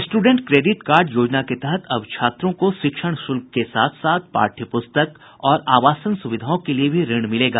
student credit card योजना के तहत अब छात्रों को शिक्षण शुल्क के साथ साथ पाठ्य पुस्तक और आवासन सुविधाओं के लिए भी ऋण मिलेगा